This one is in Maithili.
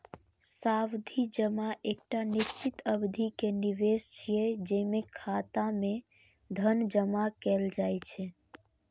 सावधि जमा एकटा निश्चित अवधि के निवेश छियै, जेमे खाता मे धन जमा कैल जाइ छै